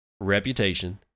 reputation